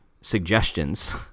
suggestions